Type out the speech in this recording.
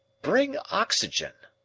bring oxygen!